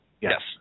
Yes